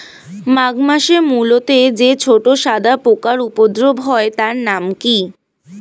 মাঘ মাসে মূলোতে যে ছোট সাদা পোকার উপদ্রব হয় তার নাম কি?